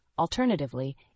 Alternatively